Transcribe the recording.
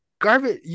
Garbage